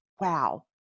wow